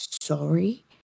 sorry